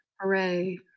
Hooray